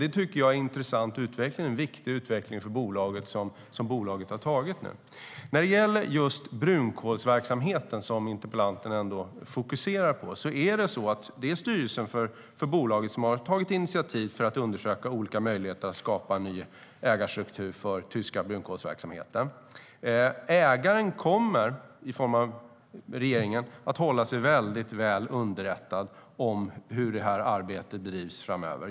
Det tycker jag är en intressant och viktig utveckling för bolaget. När det gäller just brunkolsverksamheten, som interpellanten fokuserar på, är det styrelsen för bolaget som har tagit initiativ till att undersöka olika möjligheter att skapa ny ägarstruktur för den tyska brunkolsverksamheten. Ägaren, i form av regeringen, kommer att hålla sig väldigt väl underrättad om hur arbetet drivs framöver.